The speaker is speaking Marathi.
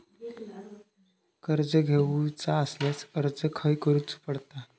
कर्ज घेऊचा असल्यास अर्ज खाय करूचो पडता?